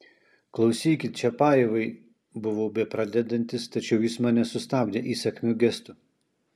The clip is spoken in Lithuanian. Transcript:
klausykit čiapajevai buvau bepradedantis tačiau jis mane sustabdė įsakmiu gestu